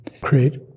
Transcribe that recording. create